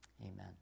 Amen